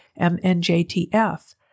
MNJTF